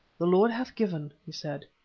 the lord hath given, he said,